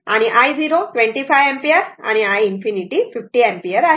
तर i0 25 ampere आणि i ∞ 50 ampere आहे